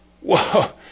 Whoa